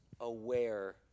aware